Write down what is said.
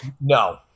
No